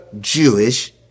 Jewish